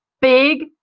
Big